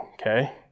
okay